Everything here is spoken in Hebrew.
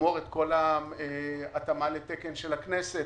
לגמור את כל ההתאמה לתקן של הכנסת